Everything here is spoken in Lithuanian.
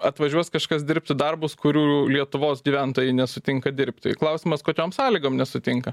atvažiuos kažkas dirbti darbus kurių lietuvos gyventojai nesutinka dirbti klausimas kokiom sąlygom nesutinka